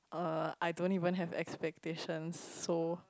uh I don't even have expectations so